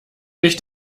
nicht